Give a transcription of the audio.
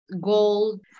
gold